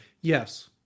Yes